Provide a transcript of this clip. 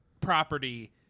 property